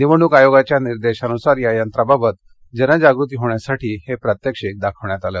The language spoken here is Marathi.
निवडणक आयोगाच्या निर्देशानुसार या यंत्रांबाबत जनजागृती होण्यासाठी हे प्रात्यक्षिक दाखवण्यात आलं